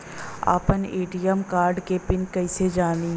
आपन ATM card के PIN कईसे जानी?